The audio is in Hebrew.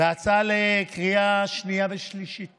בהצעה לקריאה שנייה ושלישית